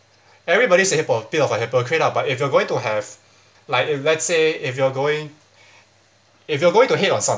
everybody sa~ hypo~ bit of a hypocrite lah but if you are going to have like if let's say if you are going if you're going to hate on some